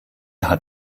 hat